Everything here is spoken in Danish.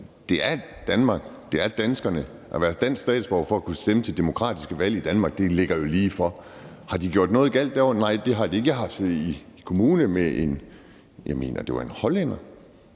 det er danskerne, og det, at man skal være dansk statsborger for at kunne stemme til demokratiske valg i Danmark, ligger ligefor. Har de gjort noget galt derovre? Nej, det har de ikke. Jeg har siddet i kommunalbestyrelse sammen med, jeg mener, det var en hollænder.